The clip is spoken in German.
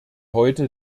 heute